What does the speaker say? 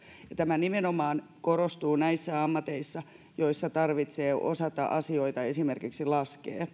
tämä nimenomaan korostuu niissä ammateissa joissa tarvitsee osata asioita esimerkiksi laskea